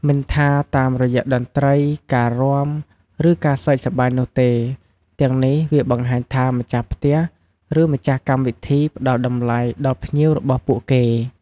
មិនថាតាមរយៈតន្ត្រី ការរាំ ឬ ការសើចសប្បាយនោះទេ ទាំងនេះវាបង្ហាញថា ម្ចាស់ផ្ទះ ឬ ម្ចាស់កម្មវិធីផ្ដល់តម្លៃដល់ភ្ញៀវរបស់ពួកគេ។